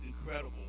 incredible